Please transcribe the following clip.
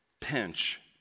pinch